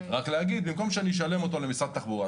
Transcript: רק במקום שאני משלם אותו למשרד התחבורה,